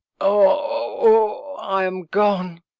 o, i am gone!